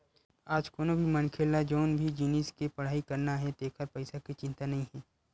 आज कोनो भी लइका ल जउन भी जिनिस के पड़हई करना हे तेखर पइसा के चिंता नइ हे